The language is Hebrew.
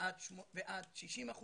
עד 60%